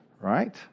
right